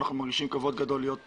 אנחנו מרגישים כבוד גדול להיות כאן.